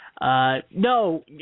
No